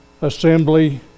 assembly